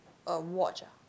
a watch ah